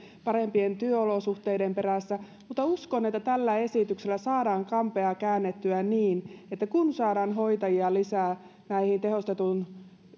parempien työolosuhteiden perässä mutta uskon että tällä esityksellä saadaan kampea käännettyä niin että kun saadaan hoitajia lisää näihin tehostetun